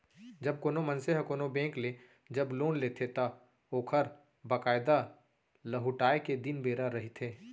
जब कोनो मनसे ह कोनो बेंक ले जब लोन लेथे त ओखर बकायदा लहुटाय के दिन बेरा रहिथे